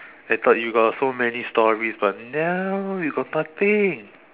I thought you got so many stories but no you got nothing